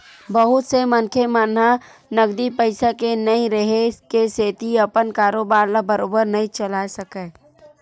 बहुत से मनखे मन ह नगदी पइसा के नइ रेहे के सेती अपन कारोबार ल बरोबर नइ चलाय सकय